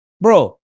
bro